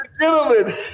gentlemen